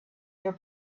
your